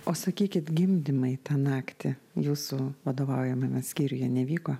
o sakykit gimdymai tą naktį jūsų vadovaujamame skyriuje nevyko